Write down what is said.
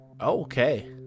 Okay